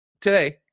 today